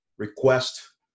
request